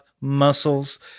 muscles